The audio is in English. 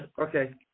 okay